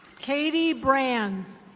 katie branz.